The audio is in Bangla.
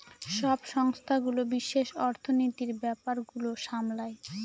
সব সংস্থাগুলো বিশেষ অর্থনীতির ব্যাপার গুলো সামলায়